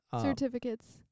Certificates